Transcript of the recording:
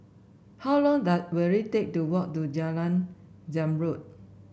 how long does will it take to walk to Jalan Zamrud